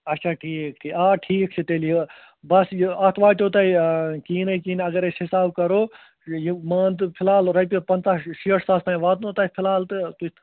اَچھا ٹھیٖک ٹھیٖک آ ٹھیٖک چھُ تیٚلہِ یہِ بَس یہِ اَتھ واتٮ۪و تۄہہِ کِہیٖنٛۍ نےَ کِہیٖنٛۍ نےَ اَگر أسۍ حِساب کَرَو یہِ مان تہٕ فِلحال رۄپیہِ پَنٛژاہ شیٹھ ساس تانۍ واتنَو تۄہہِ فِلحال تہٕ تُہۍ